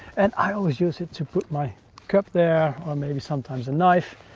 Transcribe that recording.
and i always use it to put my cup there or maybe sometimes a knife,